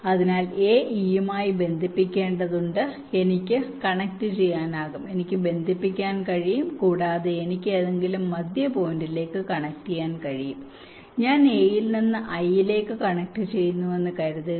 അതിനാൽ a e യുമായി ബന്ധിപ്പിക്കേണ്ടതുണ്ടെന്ന് പറയട്ടെ എനിക്ക് എനിക്ക് കണക്റ്റുചെയ്യാനാകും എനിക്ക് ബന്ധിപ്പിക്കാൻ കഴിയും കൂടാതെ എനിക്ക് ഏതെങ്കിലും മധ്യ പോയിന്റിലേക്ക് കണക്റ്റുചെയ്യാനാകും ഞാൻ a യിൽ നിന്ന് i യിലേക്ക് കണക്റ്റുചെയ്യുന്നുവെന്ന് പറയുക